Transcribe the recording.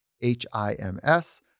H-I-M-S